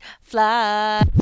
fly